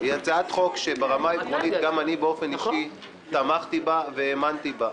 היא הצעת חוק שברמה העקרונית גם אני באופן אישי תמכתי בה והאמנתי בה.